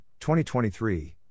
2023